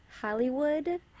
Hollywood